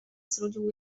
zrodził